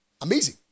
Amazing